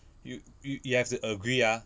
you you you have to agree ah